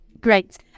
Great